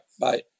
Bye